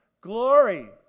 Glory